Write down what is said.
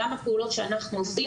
גם הפעולות שאנחנו עושים,